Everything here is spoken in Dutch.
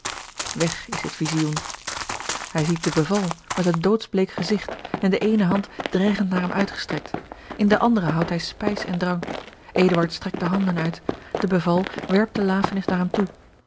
weg is dit vizioen hij ziet de beval met een doodsbleek gezigt en de eene hand dreigend naar hem uitgestrekt in de andere houdt hij spijs en drank eduard strekt de handen uit de beval werpt de lafenis naar hem toe